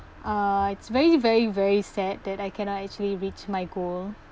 uh it's very very very sad that I cannot actually reach my goal